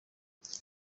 izi